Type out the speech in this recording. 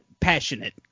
passionate